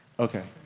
okay,